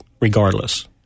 regardless